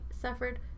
suffered